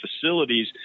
facilities